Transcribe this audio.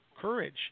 courage